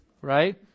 right